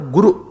Guru